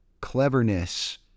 cleverness